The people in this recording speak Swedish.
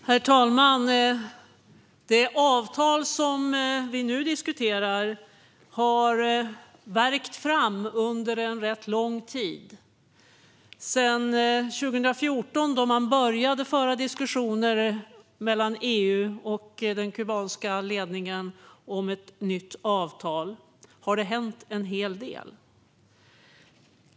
Herr talman! Det avtal som vi nu diskuterar har värkt fram under lång tid. Sedan 2014, då det började föras diskussioner mellan EU och den kubanska ledningen om ett nytt avtal, har en hel del hänt.